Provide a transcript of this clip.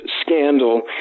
scandal